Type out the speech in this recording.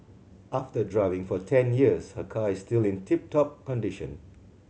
after driving for ten years her car is still in tip top condition